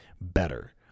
better